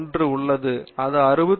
1 உள்ளது அது 68